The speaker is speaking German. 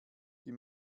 die